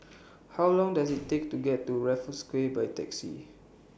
How Long Does IT Take to get to Raffles Quay By Taxi